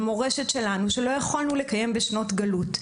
את המורשת שלנו שלא יכולנו לקיים בשנות גלות.